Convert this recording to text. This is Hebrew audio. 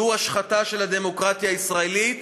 זו השחתה של הדמוקרטיה הישראלית,